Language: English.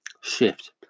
shift